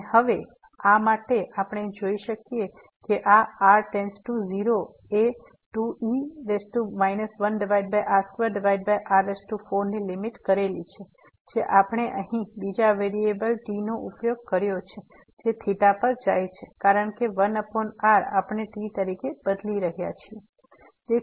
અને હવે આ માટે આપણે જોઈ શકીએ કે આ r → 0 આ 2e 1r2r4 ની લીમીટ કેટલી છે જે આપણે અહીં બીજા વેરીએબલ t નો ઉપયોગ કર્યો છે જે ∞ પર જાય છે કારણ કે 1r આપણે t તરીકે બદલી રહ્યા છીએ